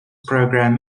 programme